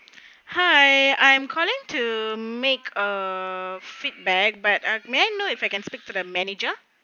hi I'm calling to make a feedback but uh may I know if I can speak to the manager